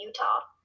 Utah